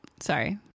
Sorry